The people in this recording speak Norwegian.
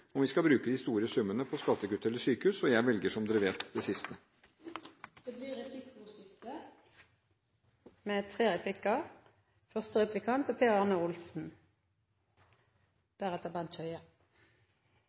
om vi skal bruke de store summene på skattekutt eller sykehus, og jeg velger, som man vet, det siste. Det blir replikkordskifte.